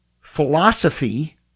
philosophy